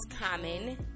common